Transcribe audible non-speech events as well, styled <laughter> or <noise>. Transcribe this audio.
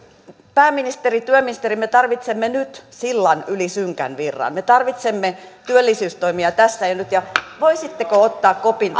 pääministeri työministeri me tarvitsemme nyt sillan yli synkän virran me tarvitsemme työllisyystoimia tässä ja nyt voisitteko ottaa kopin <unintelligible>